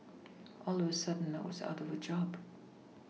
all of a sudden I was out of a job